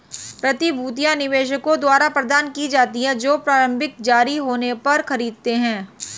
प्रतिभूतियां निवेशकों द्वारा प्रदान की जाती हैं जो प्रारंभिक जारी होने पर खरीदते हैं